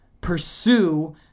pursue